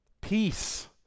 peace